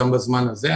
גם בזמן הזה.